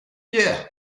yeah